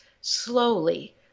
slowly